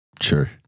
Sure